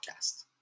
podcast